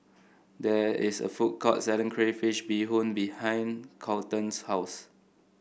there is a food court selling Crayfish Beehoon behind Kolton's house